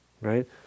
Right